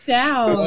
down